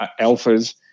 alphas